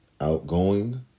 Outgoing